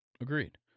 Agreed